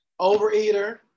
overeater